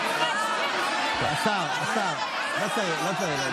השר, השר, לא צריך.